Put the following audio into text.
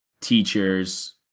teachers